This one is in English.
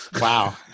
Wow